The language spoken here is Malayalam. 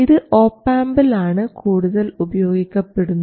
ഇത് ഒപാംപിൽ ആണ് കൂടുതൽ ഉപയോഗിക്കപ്പെടുന്നത്